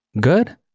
Good